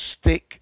stick